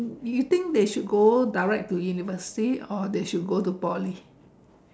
you think they should go direct to university or they should go direct to Poly